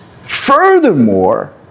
Furthermore